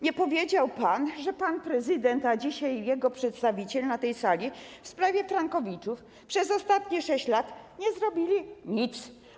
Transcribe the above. Nie powiedział pan, że pan prezydent, a dzisiaj jego przedstawiciele na tej sali, w sprawie frankowiczów przez ostatnie 6 lat nie zrobili nic.